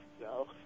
No